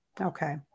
Okay